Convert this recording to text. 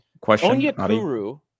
Question